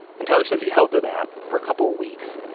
and tyler says he held to that for a couple of weeks,